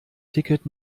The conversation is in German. ticket